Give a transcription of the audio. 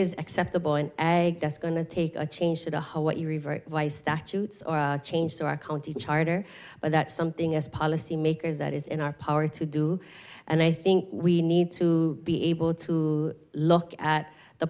is acceptable and that's going to take a change to what you revert by statutes or change to our county charter but that's something as policymakers that is in our power to do and i think we need to be able to look at the